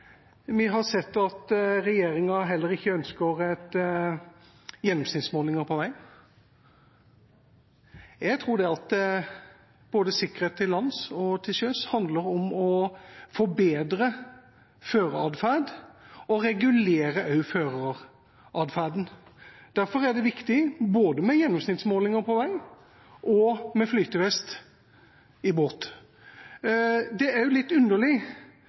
Vi har sett at regjeringen heller ikke ønsker gjennomsnittsmålinger på vei. Jeg tror at sikkerhet både til lands og til sjøs handler om å forbedre føreratferd og også å regulere føreratferden. Derfor er det viktig både med gjennomsnittsmålinger på vei og med flytevest i båt. Det er også litt underlig